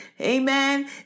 amen